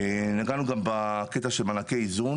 נגענו גם בקטע של מענקי איזון.